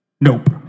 Nope